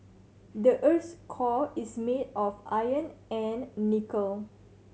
the earth's core is made of iron and nickel